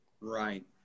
Right